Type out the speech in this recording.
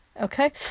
Okay